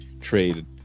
trade